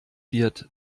wird